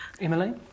Emily